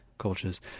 Cultures